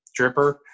dripper